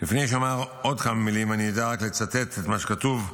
לפני שאומר עוד כמה מילים, אצטט את מה שכתוב: